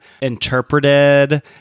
interpreted